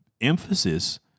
emphasis